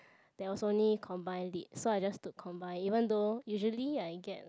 there was only combined lit so I just took combined even though usually I get like